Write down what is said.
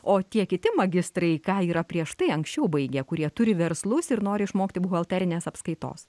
o tie kiti magistrai ką yra prieš tai anksčiau baigę kurie turi verslus ir nori išmokti buhalterinės apskaitos